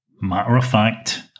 matter-of-fact